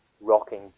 rocking